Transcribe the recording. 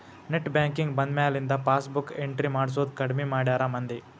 net banking ಬಂದ್ಮ್ಯಾಲಿಂದ passbook entry ಮಾಡ್ಸೋದ್ ಕಡ್ಮಿ ಮಾಡ್ಯಾರ ಮಂದಿ